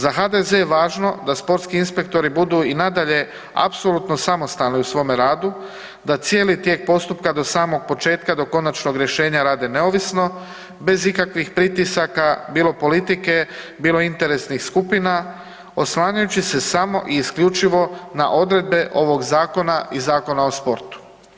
Za HDZ je važno da sportski inspektori budu i nadalje apsolutno samostalni u svome radu, da cijeli tijek postupka do samog početka do konačnog rješenja rade neovisno bez ikakvih pritisaka bilo politike, bilo interesnih skupina oslanjajući se samo i isključivo na odredbe ovog zakona i Zakona o sportu.